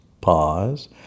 Pause